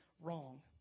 wrong